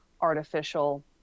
artificial